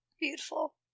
Beautiful